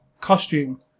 costume